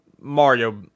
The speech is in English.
Mario